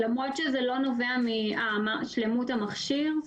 למרות שזה לא נובע משלמות המכשיר?